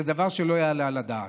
זה דבר שלא יעלה על הדעת.